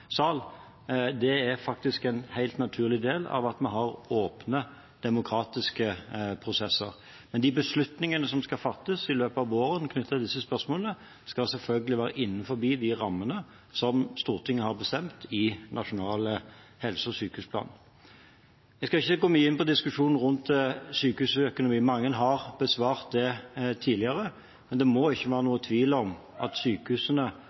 sal. Det er faktisk en helt naturlig del av at vi har åpne, demokratiske prosesser. Men de beslutningene som skal fattes i løpet av våren knyttet til disse spørsmålene, skal selvfølgelig være innenfor de rammene Stortinget har bestemt i forbindelse med Nasjonal helse- og sykehusplan. Jeg skal ikke gå mye inn på diskusjonen rundt sykehusøkonomi. Mange har besvart det tidligere. Det må ikke være noen tvil om at sykehusene